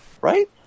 right